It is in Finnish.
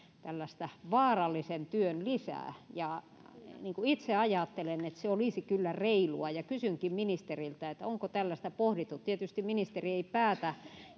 tällaista vaarallisen työn lisää itse ajattelen että se olisi kyllä reilua ja kysynkin ministeriltä onko tällaista pohdittu tietysti ministeri ei päätä